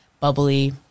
bubbly